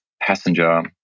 passenger